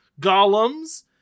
Golems